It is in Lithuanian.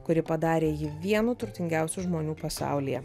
kuri padarė jį vienu turtingiausių žmonių pasaulyje